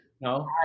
No